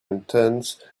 intense